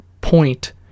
point